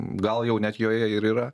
gal jau net joje ir yra